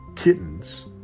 Kittens